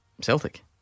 Celtic